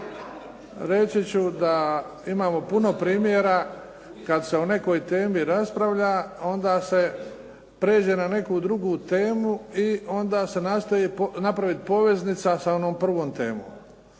Reći ću da imamo puno primjera kad se o nekoj temi raspravlja onda se prijeđe na neku drugu temu i onda se nastoji napraviti poveznica sa onom prvom temom.